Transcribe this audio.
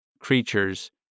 creatures